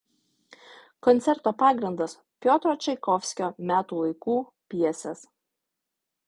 koncerto pagrindas piotro čaikovskio metų laikų pjesės